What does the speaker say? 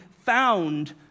found